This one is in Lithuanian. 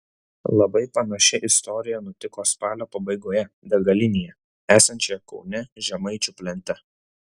labai panaši istorija nutiko spalio pabaigoje degalinėje esančioje kaune žemaičių plente